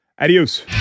Adios